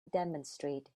demonstrate